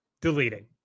Deleting